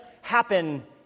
happen